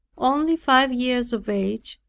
only five years of age,